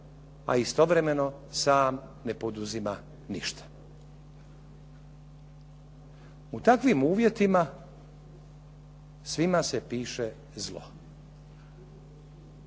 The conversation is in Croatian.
a istovremeno sam ne poduzima ništa. U takvim uvjetima svima se piše zlo.